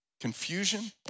confusion